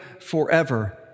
forever